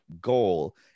goal